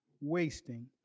wasting